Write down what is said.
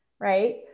right